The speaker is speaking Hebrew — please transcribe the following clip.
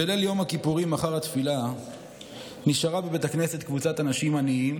בליל יום הכיפורים אחר התפילה נשארה בבית הכנסת קבוצת אנשים עניים